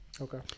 Okay